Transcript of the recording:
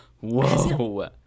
Whoa